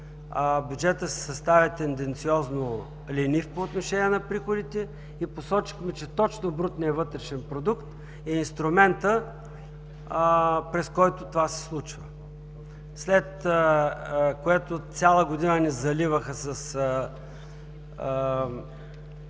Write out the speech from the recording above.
бюджетът се съставя тенденциозно ленив по отношение на приходите и посочихме, че точно брутния вътрешен продукт е инструментът, през който това се случва, след което цяла година ни заливаха с